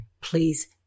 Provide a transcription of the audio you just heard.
please